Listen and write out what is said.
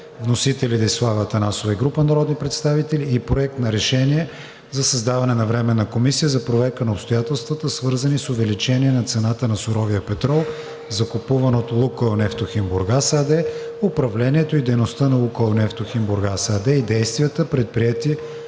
Вносители: Десислава Атанасова и група народни представители на 8 юни 2022 г.; и Проект на решение за създаване на Временна комисия за проверка на обстоятелствата, свързани с увеличение на цената на суровия петрол, закупуван от „Лукойл Нефтохим Бургас“ АД, управлението и дейността на „Лукойл Нефтохим Бургас“ АД и действията, предприети